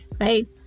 right